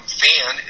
fan